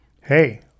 Hey